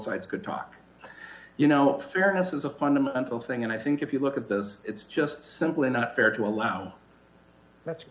sides could talk you know fairness is a fundamental thing and i think if you look at those it's just simply not fair to allow that's